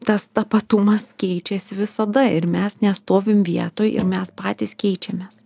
tas tapatumas keičiasi visada ir mes nestovim vietoj ir mes patys keičiamės